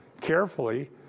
carefully